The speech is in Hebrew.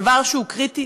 דבר שהוא קריטי,